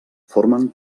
formen